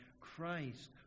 Christ